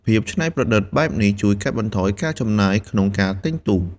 ភាពច្នៃប្រឌិតបែបនេះជួយកាត់បន្ថយការចំណាយក្នុងការទិញទូក។